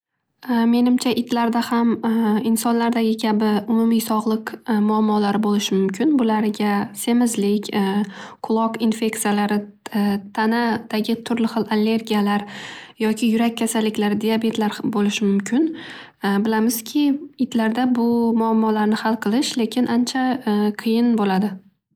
Menimcha itlarda ham insonlardagi kabi umumiy sog'liq muammolari bo'lishi mumkin. Bularga semizlik, quloq infektsiyalari, tanadagi turli xil allergiyalar yoki yurak kasalliklari diabetlar bo'lishi mumkin. Bilamizki itlarda bu muammolarni hal qilish lekin ancha qiyin bo'ladi